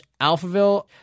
Alphaville